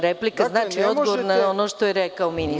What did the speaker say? Replika znači odgovor na ono što je rekao ministar.